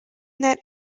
that